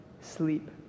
sleep